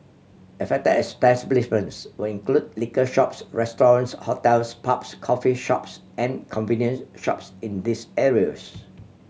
affected establishments will include liquor shops restaurants hotels pubs coffee shops and convenience shops in these areas